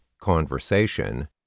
conversation